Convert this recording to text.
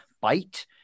Bite